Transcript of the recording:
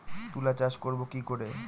তুলা চাষ করব কি করে?